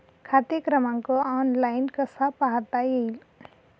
खाते क्रमांक ऑनलाइन कसा पाहता येईल?